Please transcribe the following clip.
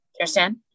understand